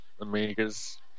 Amigas